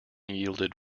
yielded